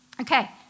Okay